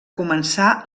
començar